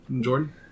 Jordan